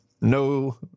no